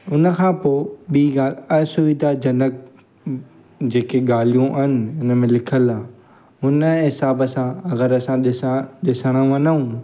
उन खां पोइ ॿीं ॻाल्हि असुविधा जनक जेके ॻाल्हियूं आहिनि हिन में लिखियलु आहे हुन हिसाब सां अगरि असां ॾिसा ॾिसणु वञूं